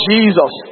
Jesus